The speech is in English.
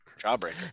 Jawbreaker